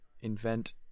invent